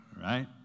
right